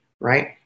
right